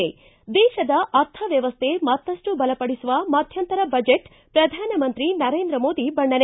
ಿಂ ದೇಶದ ಅರ್ಥ ವ್ಯವಸ್ಥ ಮತ್ತಷ್ಟು ಬಲಪಡಿಸುವ ಮಧ್ಯಂತರ ಬಜೆಟ್ ಪ್ರಧಾನಮಂತ್ರಿ ನರೇಂದ್ರ ಮೋದಿ ಬಣ್ಣನೆ